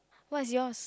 what's yours